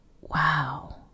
wow